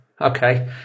Okay